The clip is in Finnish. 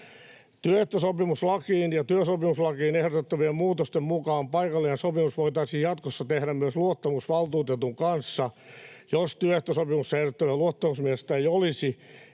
Työehtosopimuslakiin ja työsopimuslakiin ehdotettavien muutosten mukaan paikallinen sopimus voitaisiin jatkossa tehdä myös luottamusvaltuutetun kanssa, jos työehtosopimuksen ehdottamaa luottamusmiestä ei olisi